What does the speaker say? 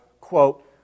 quote